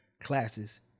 classes